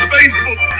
Facebook